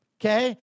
okay